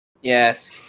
Yes